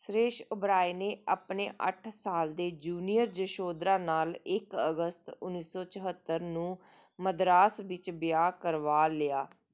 ਸੁਰੇਸ਼ ਓਬਰਾਏ ਨੇ ਆਪਣੇ ਅੱਠ ਸਾਲ ਦੇ ਜੂਨੀਅਰ ਯਸ਼ੋਦਰਾ ਨਾਲ ਇੱਕ ਅਗਸਤ ਉੱਨੀ ਸੌ ਚੁਹੱਤਰ ਨੂੰ ਮਦਰਾਸ ਵਿੱਚ ਵਿਆਹ ਕਰਵਾ ਲਿਆ